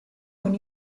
con